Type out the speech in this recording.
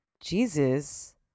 Jesus